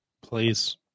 Please